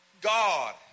God